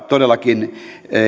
todellakin